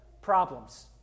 problems